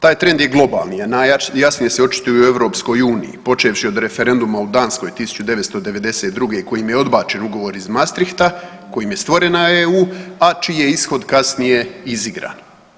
Taj trend je globalni, a najjasnije se očituje u EU počevši od referenduma u Danskoj 1992. kojim je odbačen ugovor iz Maastrichta kojim je stvorena EU, a čiji je ishod kasnije izigran.